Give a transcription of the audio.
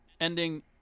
Ending